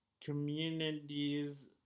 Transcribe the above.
Communities